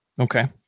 Okay